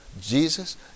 Jesus